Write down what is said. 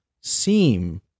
seem